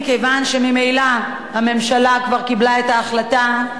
מכיוון שממילא הממשלה כבר קיבלה את ההחלטה,